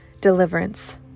deliverance